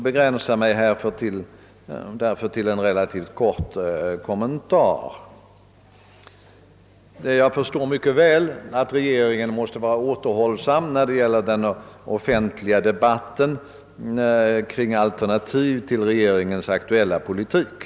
Jag skall därför begränsa mig till en relativt kort kommentar. Jag förstår mycket väl att regeringen måste vara återhållsam i fråga om den offentliga debatten kring alternativ till regeringens aktuella politik.